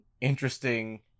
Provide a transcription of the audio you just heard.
interesting